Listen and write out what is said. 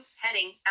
heading